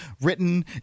written